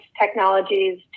technologies